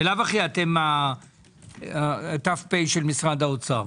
בלאו הכי אתם הת"פ של משרד האוצר.